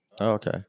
Okay